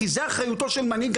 כי זו אחריותו של מנהיג,